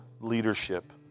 leadership